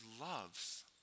loves